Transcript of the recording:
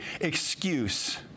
excuse